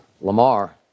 Lamar